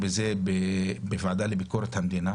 הוועדה לביקורת המדינה